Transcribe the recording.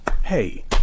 hey